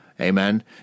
amen